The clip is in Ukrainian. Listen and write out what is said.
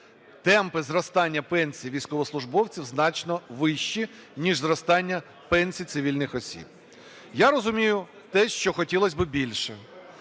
темпи зростання пенсій військовослужбовців значно вищі, ніж зростання пенсій цивільних осіб. Я розумію те, що хотілось би більше,